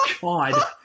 God